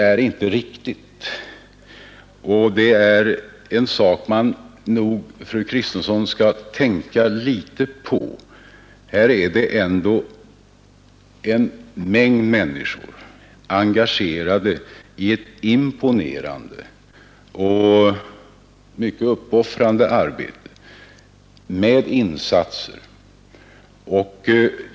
Man skall, fru Kristensson, betänka att en mängd människor ändå här är engagerade i ett imponerande och mycket uppoffrande arbete.